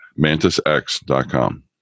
mantisx.com